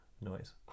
noise